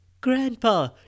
Grandpa